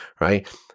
Right